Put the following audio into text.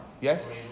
Yes